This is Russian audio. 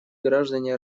граждане